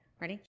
ready